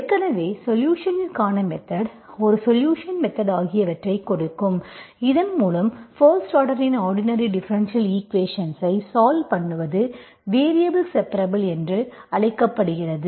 ஏற்கனவே சொலுஷன்க்கான மெத்தட் ஒரு சொலுஷன் மெத்தட் ஆகியவற்றைக் கொடுக்கும் இதன் மூலம் பஸ்ட் ஆர்டரின் ஆர்டினரி டிஃபரென்ஷியல் ஈக்குவேஷன்ஸ்ஐ சால்வ் பண்ணுவது வேரியபல் செப்பிரபுல் என்று அழைக்கப்படுகிறது